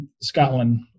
Scotland